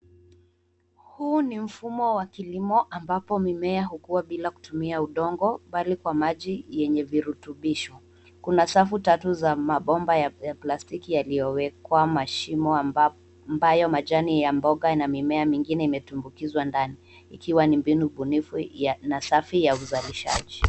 Huu ni mfumo wa kilimo ambapo mimea hukuwa bila kutumia udongo, bali kwa maji yenye virutubisho. Kuna safu tatu za mabomba ya plastiki yaliyowekwa mashimo ambayo majani ya mboga na mimea mingine imetumbukizwa ndani, ikiwa ni mbinu bunifu na safi ya uzalishaji.